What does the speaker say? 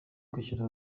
kwishyura